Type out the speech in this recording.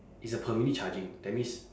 it's a per minute charging that means